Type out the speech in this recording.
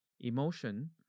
Emotion